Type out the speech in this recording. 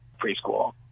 preschool